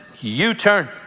U-turn